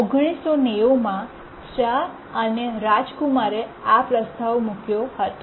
1990 માં શા અને રાજકુમારે આ પ્રસ્તાવ મૂક્યો હતો